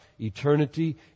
eternity